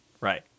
right